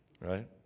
right